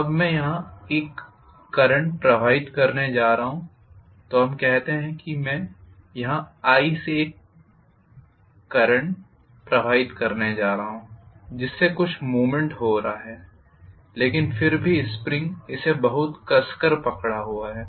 अब मैं यहाँ एक करंट प्रवाहित करने जा रहा है तो हम कहते हैं कि मैं यहाँ i से एक करंट प्रवाहित करने जा रहा हूँ जिससे कुछ मूवमेंट हो रहा है लेकिन फिर भी स्प्रिंग इसे बहुत कसकर पकड़ा हुआ है